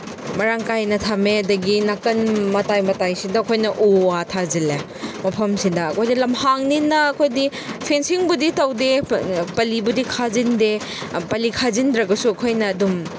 ꯃꯔꯥꯡ ꯀꯥꯏꯅ ꯊꯝꯃꯦ ꯑꯗꯒꯤ ꯅꯥꯀꯟ ꯃꯇꯥꯏ ꯃꯇꯥꯏꯁꯤꯗ ꯑꯩꯈꯣꯏꯅ ꯎ ꯋꯥ ꯊꯥꯖꯤꯜꯂꯦ ꯃꯐꯝꯁꯤꯗ ꯑꯩꯈꯣꯏꯗꯤ ꯂꯝꯍꯥꯡꯅꯤꯅ ꯑꯩꯈꯣꯏꯗꯤ ꯐꯦꯟꯁꯤꯡꯕꯨꯗꯤ ꯇꯧꯗꯦ ꯄꯜꯂꯤꯕꯨꯗꯤ ꯈꯥꯖꯤꯟꯗꯦ ꯄꯂꯤ ꯈꯥꯖꯤꯟꯗ꯭ꯔꯒꯁꯨ ꯑꯩꯈꯣꯏꯅ ꯑꯗꯨꯝ